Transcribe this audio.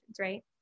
right